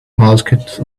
masked